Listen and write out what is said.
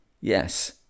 Yes